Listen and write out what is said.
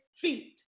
feet